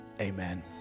amen